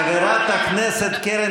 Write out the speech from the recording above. בבקשה, חברת הכנסת קרן